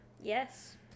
Yes